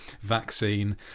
vaccine